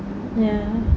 ya